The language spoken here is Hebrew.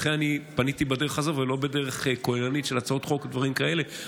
לכן אני פניתי בדרך הזו ולא בדרך כוללנית של הצעות חוק או דברים כאלה.